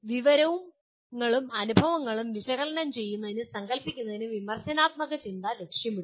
വിവരങ്ങളും അനുഭവങ്ങളും വിശകലനം ചെയ്യുന്നതിനും സങ്കൽപ്പിക്കുന്നതിനും വിമർശനാത്മക ചിന്ത ലക്ഷ്യമിടുന്നു